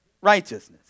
righteousness